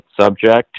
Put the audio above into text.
subject